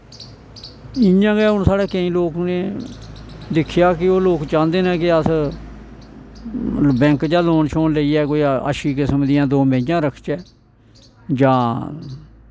इ'यां गै हुन साढ़े केईं लोक उनें दिक्खेआ की ओह् लोक चाहंदे नै कि अस बैंक चा लोन शोन लेइये कोई अच्छी किस्म दियां कोई दो मेइयां रखचै जां